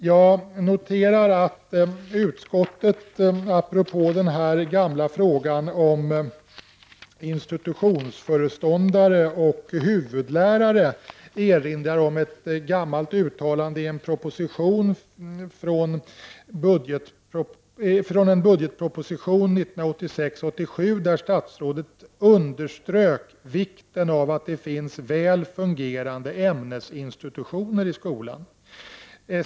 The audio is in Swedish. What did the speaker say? Jag noterar att utskottet apropå den gamla frågan om institutionsföreståndare och huvudlärare erinrar om ett gammalt uttalande i budgetpropositionen från 1986/87 års riksmöte där statsrådet underströk vikten av att det finns väl fungerande ämnesinstitutioner i skolan.